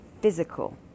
physical